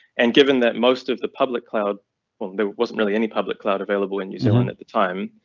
and given that most of the public cloud there wasn't really any public cloud available in new zealand at the time,